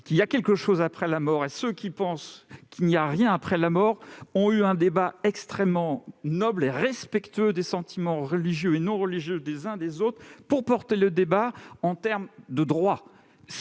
qu'il y a quelque chose après la mort, comme ceux qui pensent qu'il n'y a rien ont eu un débat extrêmement noble et respectueux des sentiments religieux et non religieux des uns des autres. Ils ont abordé ces questions en termes de droits.